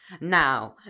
Now